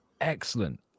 excellent